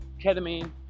ketamine